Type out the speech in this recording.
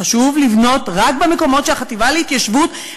חשוב לבנות רק במקומות שהחטיבה להתיישבות,